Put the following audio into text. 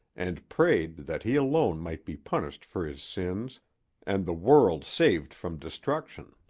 and prayed that he alone might be punished for his sins and the world saved from destruction.